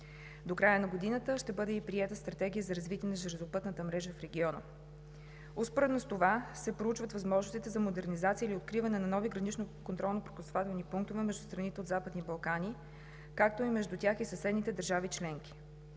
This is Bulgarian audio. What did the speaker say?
До края на годината ще бъде приета и Стратегия за развитие на железопътната мрежа в региона. Успоредно с това се проучват възможностите за модернизация или откриване на нови гранични контролно-пропускателни пунктове между страните от Западните Балкани, както и между тях и съседните държави членки.